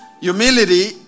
humility